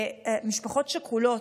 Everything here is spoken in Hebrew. משפחות שכולות,